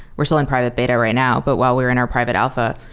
we're still in private beta right now, but while we are in our private alpha,